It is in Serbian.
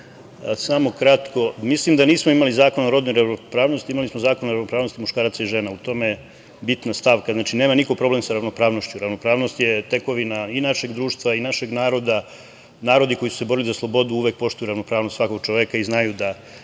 Samo kratko. Mislim da nismo imali Zakon o rodnoj ravnopravnosti, imali smo Zakon o ravnopravnosti muškaraca i žena, u tome je bitna stavka. Znači, nema niko problem sa ravnopravnošću, ravnopravnost je tekovina i našeg društva i našeg naroda. Narodi koji su se borili za slobodu uvek poštuju ravnopravnost svakog čoveka i znaju da